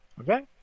Okay